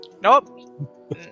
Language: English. Nope